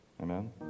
Amen